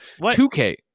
2K